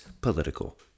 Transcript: political